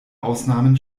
ausnahmen